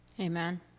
Amen